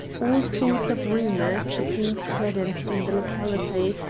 all sorts of rumours attain credence in the locality,